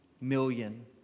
million